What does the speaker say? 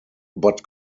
but